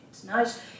Tonight